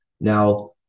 Now